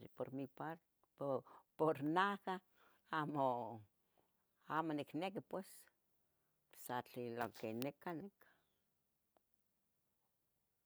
Por mi par, por, por najah, amo, amo nicnequi pues. sa tlen lo que necan, necan.